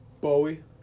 Bowie